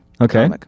Okay